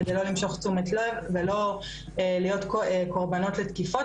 כדי לא למשוך תשומת לב ולא להיות קורבנות לתקיפות